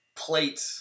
plate